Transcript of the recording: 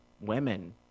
women